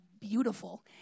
beautiful